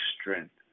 strength